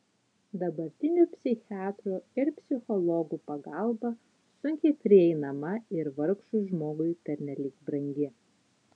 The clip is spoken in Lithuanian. dabartinių psichiatrų ir psichologų pagalba sunkiai prieinama ir vargšui žmogui pernelyg brangi